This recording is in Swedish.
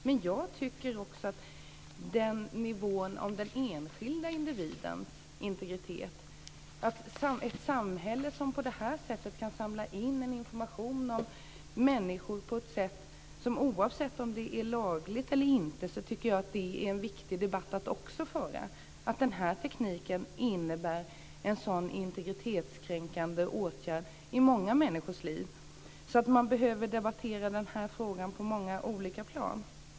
Men jag tycker också att det handlar om nivån för den enskilde individens integritet. Ett samhälle som på det här sättet kan samla in information om människor, oavsett om det är lagligt eller inte, är något som det också är viktigt att debattera. Den här tekniken innebär en sådan integritetskränkande åtgärd i många människors liv att frågan behöver debatteras på många olika plan.